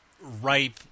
ripe